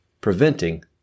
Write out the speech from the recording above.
preventing